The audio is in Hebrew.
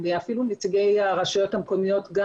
אפילו מנציגי הרשויות המקומיות,